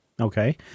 Okay